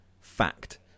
Fact